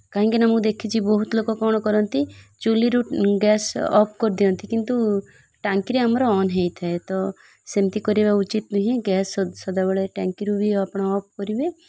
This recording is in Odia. କାହିଁକିନା ମୁଁ ଦେଖିଛି ବହୁତ ଲୋକ କ'ଣ କରନ୍ତି ଚୁଲିରୁ ଗ୍ୟାସ୍ ଅଫ୍ କରିଦିଅନ୍ତି କିନ୍ତୁ ଟାଙ୍କିରେ ଆମର ଅନ୍ ହୋଇଥାଏ ତ ସେମିତି କରିବା ଉଚିତ୍ ନୁହେଁ ଗ୍ୟାସ୍ ସଦାବେଳେ ଟାଙ୍କିରୁ ବି ଆପଣ ଅଫ୍ କରିବେ